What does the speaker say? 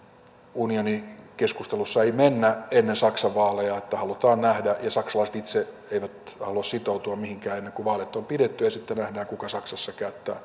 unionikeskustelussa ei mennä ennen saksan vaaleja halutaan nähdä ja saksalaiset itse eivät halua sitoutua mihinkään ennen kuin vaalit on pidetty ja sitten nähdään kuka saksassa